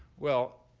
well,